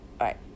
right